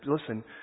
listen